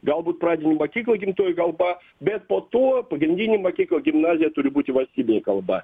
galbūt pradinių mokyklų gimtoji kalba bet po to pagrindinė mokykla gimnazija turi būti valstybinė kalba